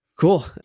cool